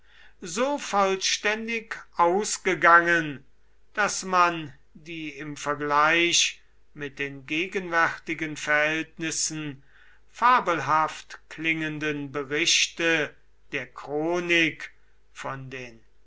so vollständig ausgegangen daß man die im vergleich mit den gegenwärtigen verhältnissen fabelhaft klingenden berichte der chronik von den